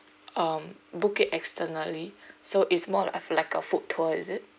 um book it externally so it's more of a like a food tour is it